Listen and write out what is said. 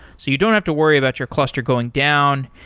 so you don't have to worry about your cluster going down.